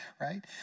right